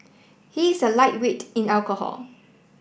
he is a lightweight in alcohol